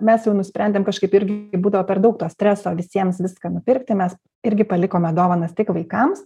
mes jau nusprendėm kažkaip irgi būdavo per daug to streso visiems viską nupirkti mes irgi palikome dovanas tik vaikams